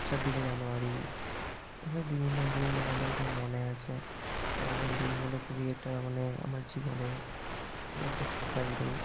ছাব্বিশে জানুয়ারি এই সব বিভিন্ন দিন আমাদের সব মনে আছে কারণ এই দিনগুলো খুবই একটা মানে আমার জীবনে খুব একটা স্পেশাল দিন